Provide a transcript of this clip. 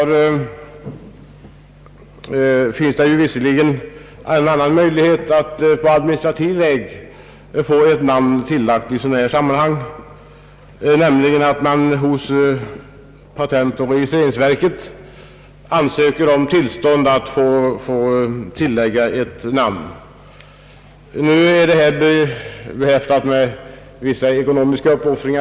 Nu finns det visserligen en annan möjlighet att på administrativ väg få göra ett namntillägg, nämligen genom en ansökan hos patentoch registreringsverket om tillstånd att få lägga till ett namn, men det är förenat med vissa ekonomiska uppoffringar.